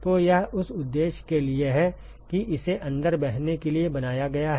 तो यह उस उद्देश्य के लिए है कि इसे अंदर बहने के लिए बनाया गया है